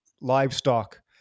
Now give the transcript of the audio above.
livestock